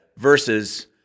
Versus